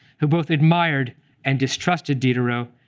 who both admired and distrusted diderot,